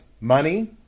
Money